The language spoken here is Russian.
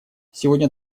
сегодня